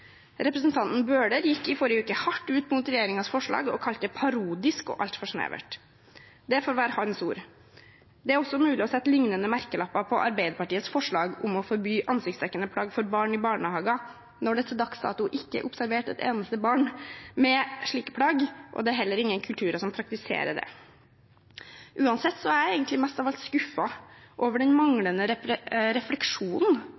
Representanten Bøhler gikk i forrige uke hardt ut mot regjeringens forslag og kalte det parodisk og altfor snevert. Det får være hans ord. Det er også mulig å sette lignende merkelapper på Arbeiderpartiets forslag om å forby ansiktsdekkende plagg for barn i barnehager, når det til dags dato ikke er observert et eneste barn med et slikt plagg, og det er heller ingen kulturer som praktiserer det. Uansett er jeg egentlig mest av alt skuffet over den